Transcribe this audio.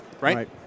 right